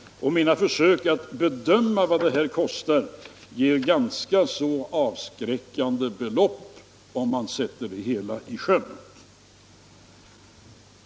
Mina försök att bedöma vad det kostar att sätta allt detta i sjön resulterar i ganska avskräckande belopp.